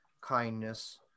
kindness